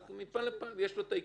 רק שמפעם לפעם יש לו עיכובים.